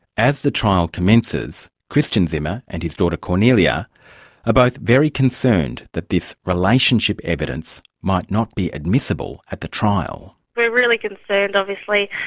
as the trial commences, christian zimmer and his daughter kornelia are ah both very concerned that this relationship evidence might not be admissible at the trial. we're really concerned obviously,